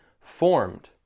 formed